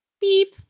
beep